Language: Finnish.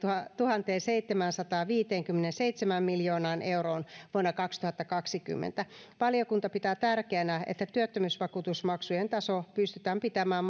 tuhanteenseitsemäänsataanviiteenkymmeneenseitsemään miljoonaan euroon vuonna kaksituhattakaksikymmentä valiokunta pitää tärkeänä että työttömyysvakuutusmaksujen taso pystytään pitämään